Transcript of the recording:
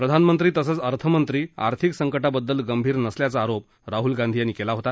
प्रधानमंत्री तसंच अर्थमंत्री आर्थिक संकटाबद्दल गंभीर नसल्याचा आरोप राहुल गांधीं यांनी केला होता